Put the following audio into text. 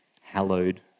hallowed